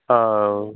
ஆ